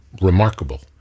remarkable